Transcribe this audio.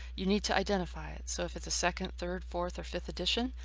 you need to identify it. so if it's a second, third, fourth, or fifth edition,